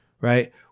right